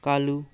ꯀꯥꯜꯂꯨ